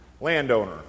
landowner